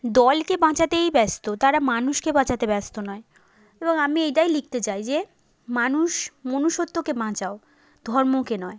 দলকে বাঁচাতেই ব্যস্ত তারা মানুষকে বাঁচাতে ব্যস্ত নয় এবং আমি এটাই লিখতে চাই যে মানুষ মনুষ্যত্বকে বাঁচাও ধর্মকে নয়